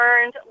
learned